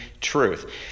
truth